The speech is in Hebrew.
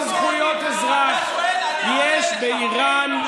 אני שואל איזה זכויות אזרח יש באיראן,